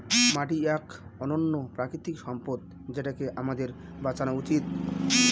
মাটি এক অনন্য প্রাকৃতিক সম্পদ যেটাকে আমাদের বাঁচানো উচিত